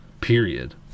period